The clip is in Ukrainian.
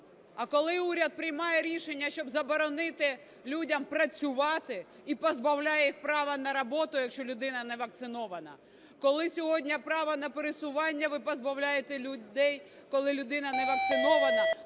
А коли уряд приймає рішення, щоб заборонити людям працювати і позбавляє їх права на роботу, якщо людина невакцинована, коли сьогодні права на пересування ви позбавляєте людей, коли людина невакцинована,